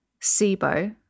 SIBO